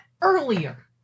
earlier